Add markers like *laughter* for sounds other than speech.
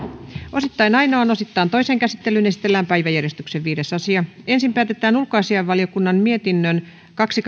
osittain ainoaan osittain toiseen käsittelyyn esitellään päiväjärjestyksen viides asia ensin päätetään ulkoasiainvaliokunnan mietinnön kaksi *unintelligible*